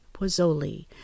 pozzoli